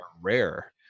rare